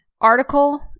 article